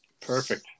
Perfect